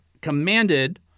commanded